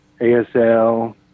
ASL